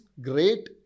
great